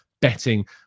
betting